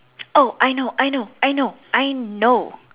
oh I know I know I know I know